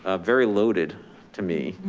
ah very loaded to me.